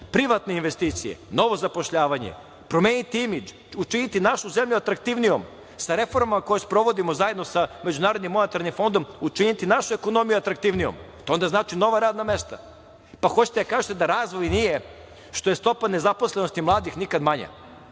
privatne investicije, novo zapošljavanje, promeniti imidž, učiniti našu zemlju atraktivnijom, sa reformama koje sprovodimo zajedno sa MMF učiniti našu ekonomiju atraktivnijom. To znači nova radna mesta. Hoćete da kažete da razvoj nije, što stopa nezaposlenosti mladih nikad manja,